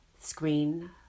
screen